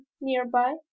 nearby